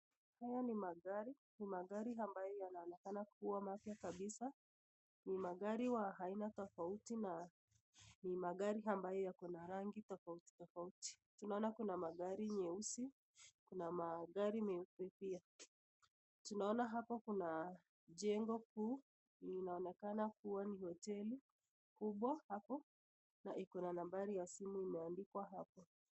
Haya ni magari, ni magari ambayo yanaonekana kuwa mapya kabisa, ni magari wa aina tofauti na ni magari amabyo yako na rangi tofauti tofauti, tunaona kuna magari nyeusi, kuna magari nyeuppe pia, tunaona hapo kuna jengo kuu yenye inaonekana kuwa ni hoteli kubwa hapo, na iko na nambari ya simu imeandikwa hapo.